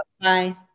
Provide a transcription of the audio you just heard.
Bye